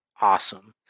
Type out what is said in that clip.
awesome